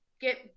get